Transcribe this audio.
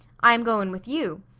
i am goin' with you.